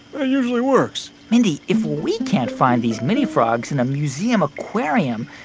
ah usually works mindy, if we can't find these mini frogs in a museum aquarium,